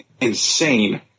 insane